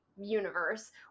universe